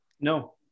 No